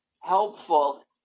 helpful